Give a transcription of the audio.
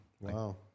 wow